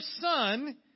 son